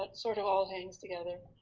sort of all hangs together.